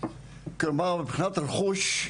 כלומר מבחינת רכוש,